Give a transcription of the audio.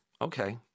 Okay